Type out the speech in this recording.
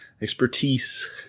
expertise